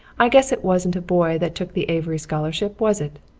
i guess it wasn't a boy that took the avery scholarship, was it?